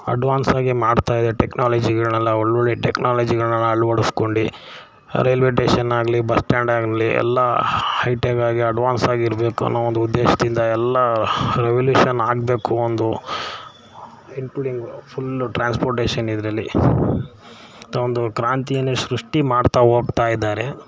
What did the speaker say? ಅಡ್ವಾನ್ಸಾಗಿ ಮಾಡ್ತಾಯಿದೆ ಟೆಕ್ನಾಲಜಿಗಳನ್ನೆಲ್ಲ ಒಳ್ಳೊಳ್ಳೆ ಟೆಕ್ನಾಲಜಿಗಳನ್ನೆಲ್ಲ ಅಳ್ವಡಿಸ್ಕೊಂಡು ರೈಲ್ವೇ ಟೇಷನ್ ಆಗಲಿ ಬಸ್ ಸ್ಟ್ಯಾಂಡ್ ಆಗಲಿ ಎಲ್ಲ ಹೈ ಟೆಕ್ ಆಗಿ ಅಡ್ವಾನ್ಸಾಗಿ ಇರಬೇಕು ಅನ್ನೋ ಒಂದು ಉದ್ದೇಶದಿಂದ ಎಲ್ಲ ರೆವಲ್ಯೂಷನ್ ಆಗಬೇಕು ಒಂದು ಇನ್ಕ್ಲೂಡಿಂಗ್ ಫುಲ್ಲ ಟ್ರ್ಯಾನ್ಸ್ಪೋರ್ಟೇಷನ್ ಇದರಲ್ಲಿ ಒಂದು ಕ್ರಾಂತಿಯನ್ನೇ ಸೃಷ್ಟಿ ಮಾಡ್ತಾ ಹೋಗ್ತಾ ಇದ್ದಾರೆ